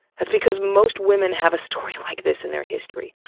that's because most women have a story like this in their history.